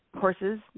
horses